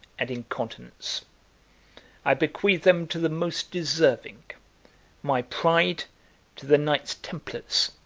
and incontinence i bequeath them to the most deserving my pride to the knights templars,